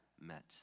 met